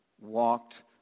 walked